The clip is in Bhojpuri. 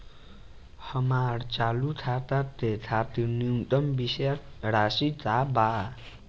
हमार चालू खाता के खातिर न्यूनतम शेष राशि का बा?